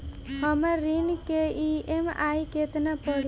हमर ऋण के ई.एम.आई केतना पड़ी?